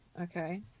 Okay